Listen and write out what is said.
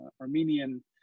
Armenian